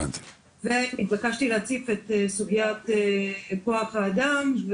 ונתבקשתי להציף את סוגיית כוח האדם,